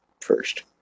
first